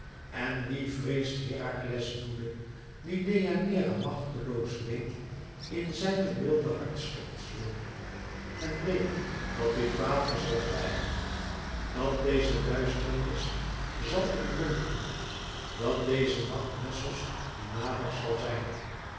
en wie vreest herakles woede die deianeira machteloos weet in zijne wilde hartstochtswil en weet dat dit water zal zwijgen dat deze duisternis zal omdonkercn dat deze nacht nessos genadig zal zijn